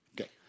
Okay